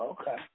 Okay